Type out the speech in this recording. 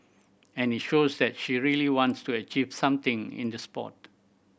and it shows that she really wants to achieve something in the sport